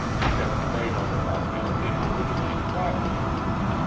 except the weight on the barbell in order to make progress occur.